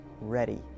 ready